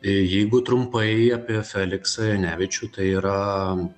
jeigu trumpai apie feliksą janevičių tai yra